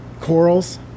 corals